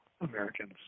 Americans